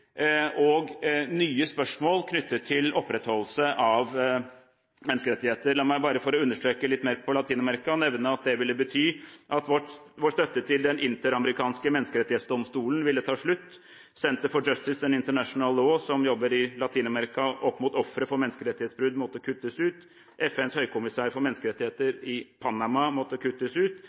og nye spørsmål knyttet til opprettholdelse av menneskerettigheter. For å understreke dette enda litt mer, la meg bare nevne at det for Latin-Amerika ville bety at vår støtte til den interamerikanske menneskerettighetsdomstolen ville ta slutt, Center for Justice and International Law, som jobber i Latin-Amerika opp mot ofre for menneskerettighetsbrudd, ville måtte kuttes ut, FNs høykommisær for menneskerettigheter i Panama ville måtte kuttes ut,